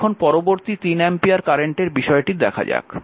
এখন পরবর্তী 3 অ্যাম্পিয়ার কারেন্টের বিষয়টি দেখা যাক